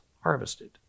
harvested